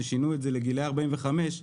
ששינו את זה לגילאי 45,